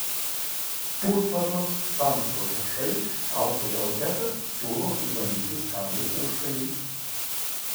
puslapio samčio užrašai autorė odeta siūlo išbandyti skanų užkandį